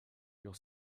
your